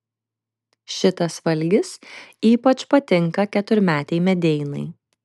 šitas valgis ypač patinka keturmetei medeinai